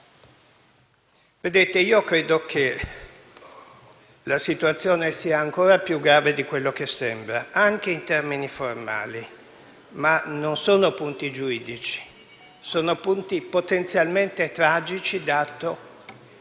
Vedete, io credo che la situazione sia ancora più grave di quello che sembra, anche in termini formali. Ma non sono punti giuridici, sono punti potenzialmente tragici, dato